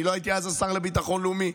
אני לא הייתי אז השר לביטחון לאומי,